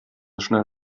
schnell